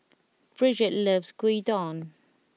Bridgett loves Gyudon